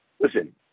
listen